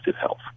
health